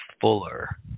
fuller